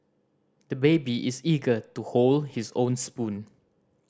the baby is eager to hold his own spoon